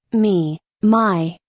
me, my,